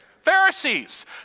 Pharisees